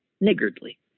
niggardly